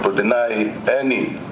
but deny any